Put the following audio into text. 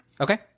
Okay